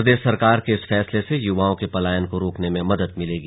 प्रदेश सरकार के इस फैसले से युवाओं के पलायन को रोकने में मदद मिलेगी